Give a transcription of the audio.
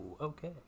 okay